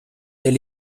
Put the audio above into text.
del